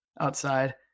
Outside